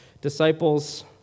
disciples